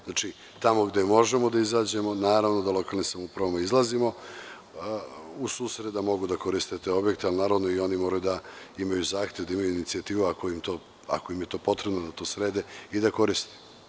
Znači, tamo gde možemo da izađemo, naravno da lokalnim samoupravama izlazimo u susret da mogu da koriste te objekte, ali naravno da i oni moraju da imaju zahtev, da imaju inicijativu, ako im je to potrebno da srede i da koriste.